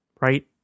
right